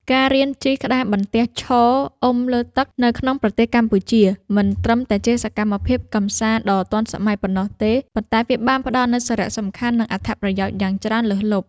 ការរៀនជិះក្តារបន្ទះឈរអុំលើទឹក នៅក្នុងប្រទេសកម្ពុជា មិនត្រឹមតែជាសកម្មភាពកម្សាន្តដ៏ទាន់សម័យប៉ុណ្ណោះទេ ប៉ុន្តែវាបានផ្ដល់នូវសារៈសំខាន់ និងអត្ថប្រយោជន៍យ៉ាងច្រើនលើសលប់។